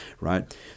right